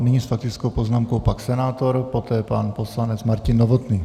Nyní s faktickou poznámkou pan senátor, poté pan poslanec Martin Novotný.